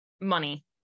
money